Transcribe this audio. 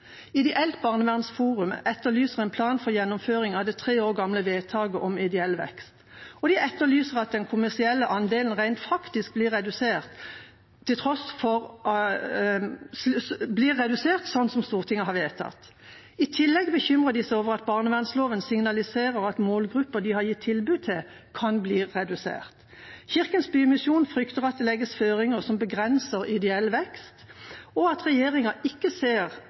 etterlyser en plan for gjennomføring av det tre år gamle vedtaket om ideell vekst. Og de etterlyser at den kommersielle andelen rent faktisk blir redusert, slik Stortinget har vedtatt. I tillegg bekymrer de seg over at barnevernsloven signaliserer at målgrupper de har gitt tilbud til, kan bli redusert. Kirkens Bymisjon frykter at det legges føringer som begrenser ideell vekst, og at regjeringen ikke ser